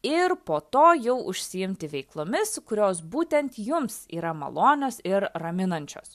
ir po to jau užsiimti veiklomis kurios būtent jums yra malonios ir raminančios